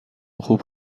خوب